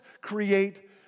create